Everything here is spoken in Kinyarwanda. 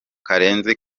karenzi